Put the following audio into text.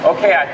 Okay